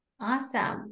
Awesome